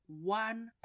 one